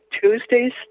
Tuesdays